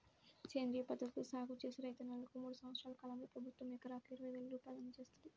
సేంద్రియ పద్ధతిలో సాగు చేసే రైతన్నలకు మూడు సంవత్సరాల కాలంలో ప్రభుత్వం ఎకరాకు ఇరవై వేల రూపాయలు అందజేత్తంది